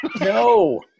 No